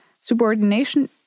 Subordination